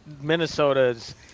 Minnesota's